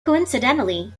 coincidentally